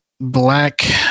Black